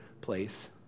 place